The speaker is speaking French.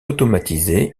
automatisé